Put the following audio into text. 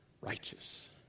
righteous